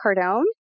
Cardone